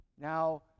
Now